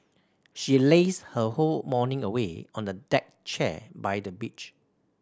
she lazed her whole morning away on the deck chair by the beach